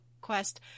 quest